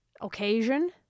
occasion